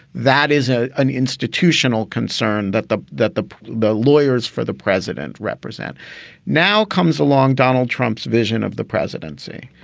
that is a an institutional concern that the that the the lawyers for the president represent now comes along donald trump's vision of the presidency,